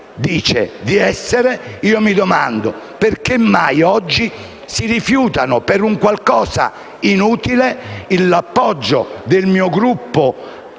mi domando perché mai oggi si rifiuta, per qualcosa di inutile, l'appoggio del mio Gruppo